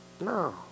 No